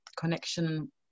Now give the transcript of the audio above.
connection